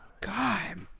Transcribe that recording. God